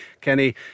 Kenny